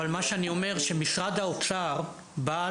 אבל כשמשרד האוצר בא,